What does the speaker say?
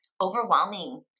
overwhelming